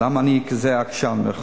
למה אני כזה "עקשן".